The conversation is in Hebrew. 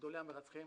מגדולי המרצחים